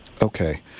Okay